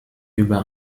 über